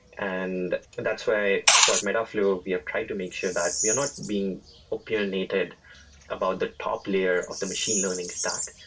and that's why for metaflow, we are trying to make sure that we are not being opinionated about the top layer of the machine learning stack,